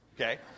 okay